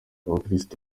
abakirisitu